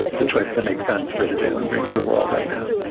the choice that makes sense for the jalen greens of the world right now